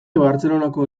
bartzelonako